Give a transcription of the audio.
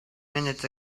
minutes